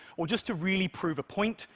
or just to really prove a point,